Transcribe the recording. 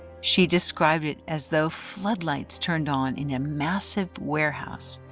she described it as though floodlights turned on in a massive warehouse,